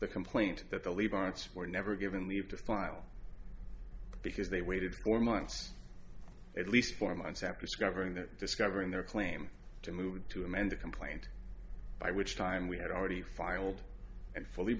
the complaint that the levites were never given leave to file because they waited for months at least four months after scuppering that discovering their claim to move to amend the complaint by which time we had already filed and fully